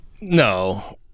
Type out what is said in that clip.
No